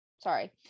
Sorry